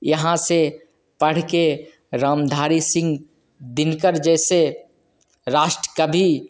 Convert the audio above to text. यहाँ से पढ़ के रामधारी सिंह दिनकर जैसे राष्ट्रीय कवि